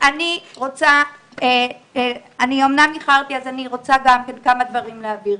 אני אומנם איחרתי, אז אני רוצה להעביר כמה דברים.